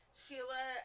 sheila